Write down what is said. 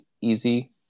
easy